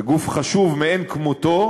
וגוף חשוב מאין כמותו,